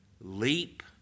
leap